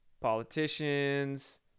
politicians